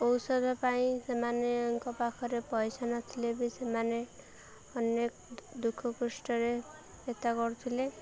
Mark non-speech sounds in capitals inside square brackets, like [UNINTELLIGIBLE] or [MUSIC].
ଔଷଧ ପାଇଁ ସେମାନଙ୍କ ପାଖରେ ପଇସା ନଥିଲେ ବି ସେମାନେ ଅନେକ ଦୁଃଖ କଷ୍ଟରେ [UNINTELLIGIBLE] କରୁଥିଲେ